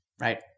right